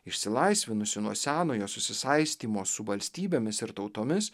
išsilaisvinusi nuo senojo susisaistymo su valstybėmis ir tautomis